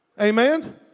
Amen